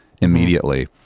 immediately